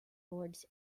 lords